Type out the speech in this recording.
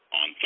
on